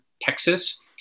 Texas